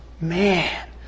Man